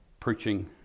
preaching